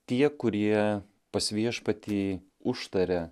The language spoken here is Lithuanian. tie kurie pas viešpatį užtaria